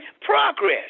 progress